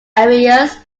areas